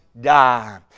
die